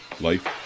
life